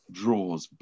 draws